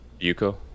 Yuko